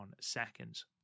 seconds